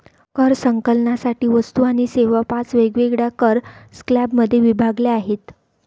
कर संकलनासाठी वस्तू आणि सेवा पाच वेगवेगळ्या कर स्लॅबमध्ये विभागल्या आहेत